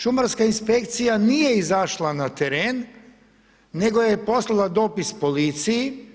Šumarska inspekcija nije izašla na teren, nego je poslala dopis policiji.